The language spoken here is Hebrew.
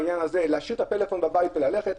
למשל להשאיר את הטלפון בבית וללכת,